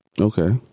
okay